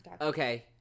okay